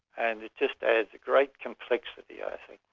and it just adds great complexity i think.